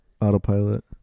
autopilot